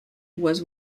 was